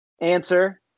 answer